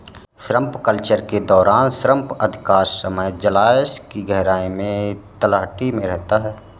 shrimp culture के दौरान shrimp अधिकांश समय जलायश की गहराई में तलहटी में रहता है